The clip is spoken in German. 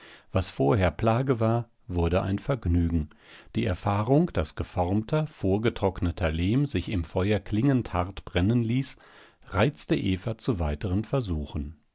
was vorher plage war wurde ein vergnügen die erfahrung daß geformter vorgetrockneter lehm sich im feuer klingend hart brennen ließ reizte eva zu weiteren versuchen